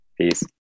Peace